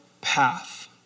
path